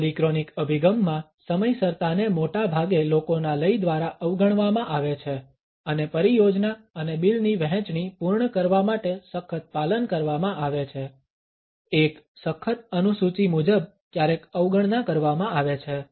polychronic અભિગમમાં સમયસરતાને મોટાભાગે લોકોના લય દ્વારા અવગણવામાં આવે છે અને પરિયોજના અને બિલ ની વહેંચણી પૂર્ણ કરવા માટે સખત પાલન કરવામાં આવે છે એક સખત અનુસૂચિ મુજબ ક્યારેક અવગણના કરવામાં આવે છે